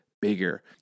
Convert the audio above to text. bigger